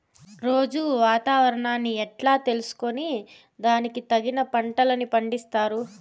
రోజూ వాతావరణాన్ని ఎట్లా తెలుసుకొని దానికి తగిన పంటలని పండిస్తారు?